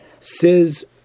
says